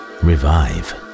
Revive